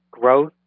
growth